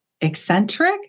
eccentric